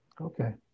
Okay